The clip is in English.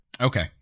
Okay